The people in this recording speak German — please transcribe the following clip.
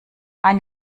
ein